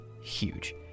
huge